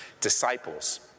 disciples